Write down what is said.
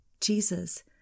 Jesus